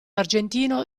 argentino